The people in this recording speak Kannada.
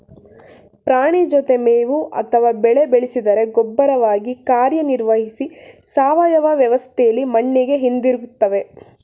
ಪ್ರಾಣಿ ಜೊತೆ ಮೇವು ಅಥವಾ ಬೆಳೆ ಬೆಳೆಸಿದರೆ ಗೊಬ್ಬರವಾಗಿ ಕಾರ್ಯನಿರ್ವಹಿಸಿ ಸಾವಯವ ವ್ಯವಸ್ಥೆಲಿ ಮಣ್ಣಿಗೆ ಹಿಂದಿರುಗ್ತದೆ